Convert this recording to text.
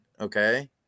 okay